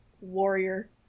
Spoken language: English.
warrior